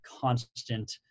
constant